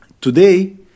today